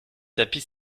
tapis